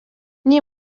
nei